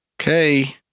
Okay